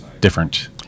different